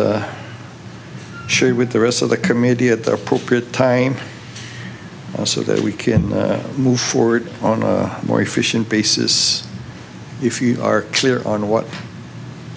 it share with the rest of the committee at the appropriate time so that we can move forward on a more efficient basis if you are clear on what